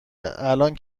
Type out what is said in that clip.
الانه